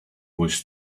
was